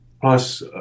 plus